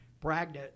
bragged